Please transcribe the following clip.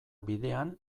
bidean